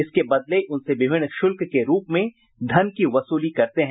इसके बदले उनसे विभिन्न शुल्क के रूप में धन की वसूली करते हैं